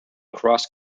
cross